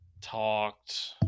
talked